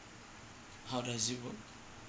how does it work